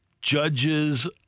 judges